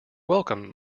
welcome